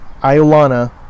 Iolana